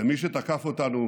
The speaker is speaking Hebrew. למי שתקף אותנו